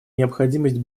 необходимость